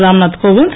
Ramnath Kovind